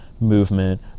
movement